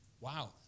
Wow